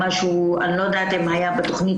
אני לא יודעת אם היה בתכנית,